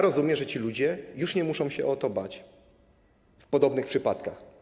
Rozumiem, że ci ludzie już nie muszą się o to bać w podobnych przypadkach.